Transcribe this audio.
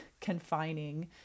confining